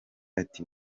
ati